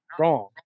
wrong